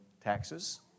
taxes